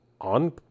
on